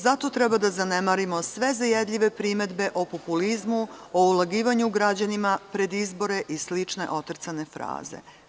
Zato treba da zanemarimo sve zajedljive primedbe o populizmu, o ulagivanju građanima pred izbore i slične otrcane fraze.